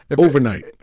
Overnight